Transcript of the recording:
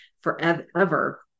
forever